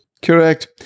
Correct